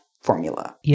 formula